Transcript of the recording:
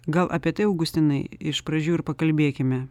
gal apie tai augustinai iš pradžių ir pakalbėkime